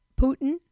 Putin